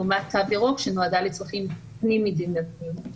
לעומת תו ירוק שנועדה לצרכים פנים מדינתיים.